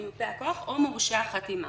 מיופה הכוח או מורשה החתימה.